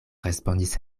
respondis